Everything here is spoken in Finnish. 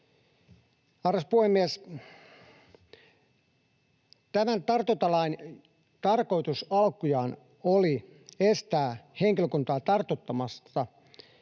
Arvoisa puhemies! Tämän tartuntalain tarkoitus alkujaan oli estää henkilökuntaa tartuttamasta